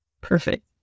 Perfect